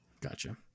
gotcha